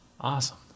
awesome